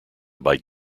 bite